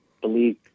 believe